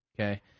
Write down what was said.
Okay